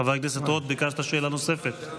חבר הכנסת רוט, ביקשת שאלה נוספת.